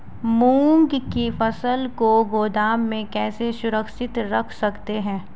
मूंग की फसल को गोदाम में कैसे सुरक्षित रख सकते हैं?